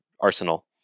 arsenal